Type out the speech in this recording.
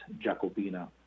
jacobina